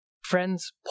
Friends